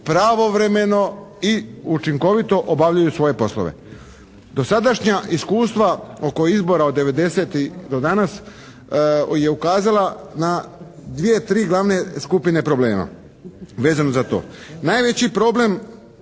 pravovremeno i učinkovito obavljaju svoje poslove. Dosadašnja iskustva oko izbora od 90-tih do danas je ukazala na dvije, tri glavne skupine problema vezano za to. Najveći problem